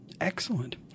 Excellent